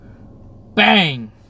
Bang